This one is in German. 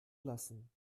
lassen